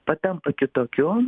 patampa kitokiu